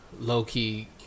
low-key